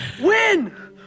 Win